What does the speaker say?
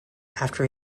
after